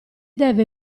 deve